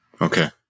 Okay